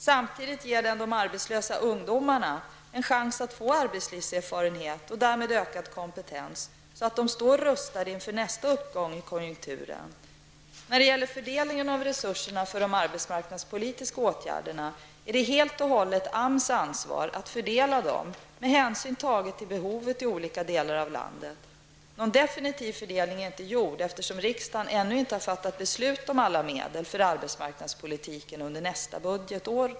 Samtidigt ger den de arbetslösa ungdomarna en chans att få arbetslivserfarenhet och därmed ökad kompetens, så att de står rustade inför nästa uppgång i konjunkturen. När det gäller fördelningen av resurserna för de arbetsmarknadspolitiska åtgärderna är det helt och hållet AMS ansvar att fördela dem med hänsyn taget till behovet i olika delar av landet. Någon definitiv fördelning är inte gjord, eftersom riksdagen ännu inte har fattat beslut om alla medel för arbetsmarknadspolitiska insatser under nästa budgetår.